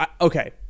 Okay